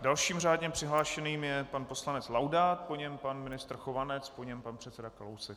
Dalším řádně přihlášeným je pan poslanec Laudát, po něm pan ministr Chovanec, po něm pan předseda Kalousek.